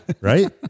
right